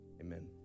amen